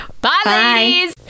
Bye